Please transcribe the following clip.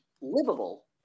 livable